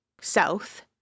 south